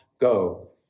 go